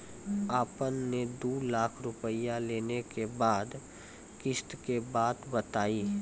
आपन ने दू लाख रुपिया लेने के बाद किस्त के बात बतायी?